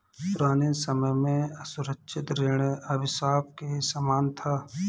पुराने समय में असुरक्षित ऋण अभिशाप के समान था